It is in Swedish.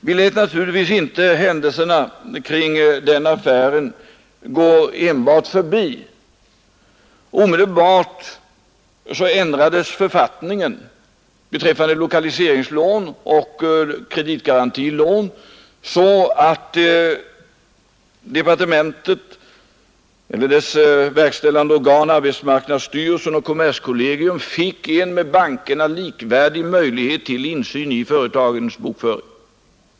Vi lät naturligtvis inte händelserna kring den affären bara gå förbi. Omedelbart ändrades författningen beträffande lokaliseringslån och kreditgarantilån så att departementet eller dess verkställande organ, arbetsmarknadsstyrelsen och kommerskollegium, fick en med bankerna likvärdig möjlighet till insyn i företagens bokföring.